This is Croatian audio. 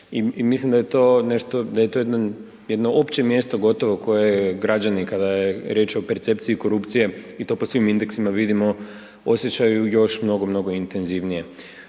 nešto, da je to jedno opće mjesto gotovo koje građani kada je riječ o percepciji korupcije i to po svim indeksima vidimo osjećaju još, mnogo, mnogo intenzivnije.